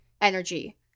energy